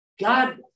God